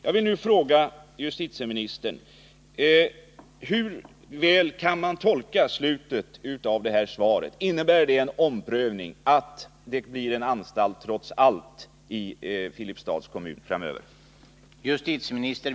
Jag vill fråga justitieministern: Hur skall man tolka slutet av statsrådets svar till mig? Innebär det att en omprövning kommer till stånd, att Filipstad trots allt kommer att ha en kriminalvårdsanstalt framöver?